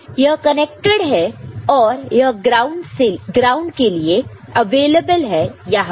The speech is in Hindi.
तो यह कनेक्टेड है और यह ग्राउंड के लिए अवेलेबल है यहां पर